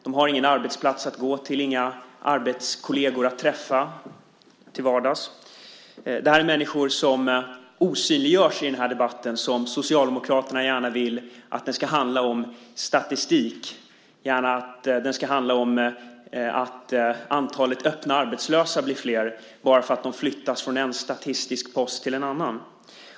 De har ingen arbetsplats att gå till och inga arbetskolleger att träffa till vardags. Detta är människor som osynliggörs i den här debatten. Socialdemokraterna vill gärna att den ska handla om statistik och tror att antalet öppet arbetslösa blir mindre bara för att de flyttas från en statistisk post till en annan.